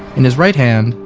in his right hand,